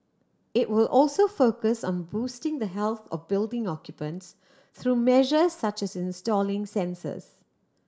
it will also focus on boosting the health of building occupants through measures such as installing sensors